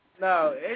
No